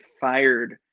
fired